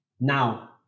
now